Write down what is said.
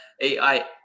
AI